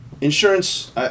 Insurance